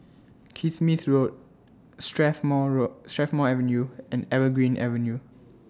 Kismis Road Strathmore Road Strathmore Avenue and Evergreen Avenue